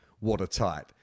watertight